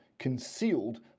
concealed